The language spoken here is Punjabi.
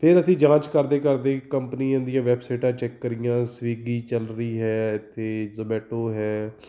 ਫਿਰ ਅਸੀਂ ਜਾਂਚ ਕਰਦੇ ਕਰਦੇ ਕੰਪਨੀਆਂ ਦੀਆਂ ਵੈਬਸਾਈਟਾਂ ਚੈੱਕ ਕਰੀਆਂ ਸਵੀਗੀ ਚੱਲ ਰਹੀ ਹੈ ਅਤੇ ਜਮੈਟੋ ਹੈ